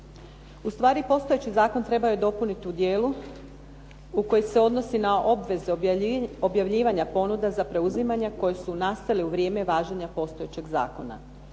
Ustvari, postojeći zakon trebalo je dopuniti u dijelu koji se odnosi na obveze objavljivanja ponuda za preuzimanje koje su nastale u vrijeme važenja postojećeg zakona.